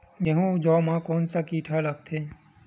गेहूं अउ जौ मा कोन से कीट हा लगथे?